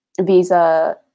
visa